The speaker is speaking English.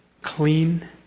clean